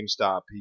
GameStop